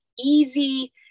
easy